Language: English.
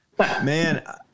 Man